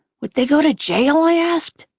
would they go to jail? i asked.